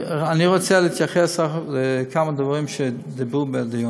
אני רוצה להתייחס לכמה דברים שדיברו בדיון.